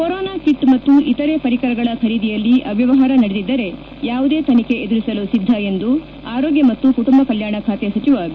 corona kit ಮತ್ತು ಇತರೆ ಪರಿಕರಗಳ ಖರೀದಿಯಲ್ಲಿ ಅವ್ನವಹಾರ ನಡೆದಿದ್ದರೆ ಯಾವುದೇ ತನಿಖೆ ಎದುರಿಸಲು ಸಿದ್ದ ಎಂದು ಆರೋಗ್ಯ ಮತ್ತು ಕುಟುಂಬ ಕಲ್ಲಾಣ ಖಾತೆ ಸಚಿವ ಬಿ